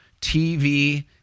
TV